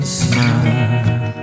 smile